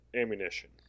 ammunition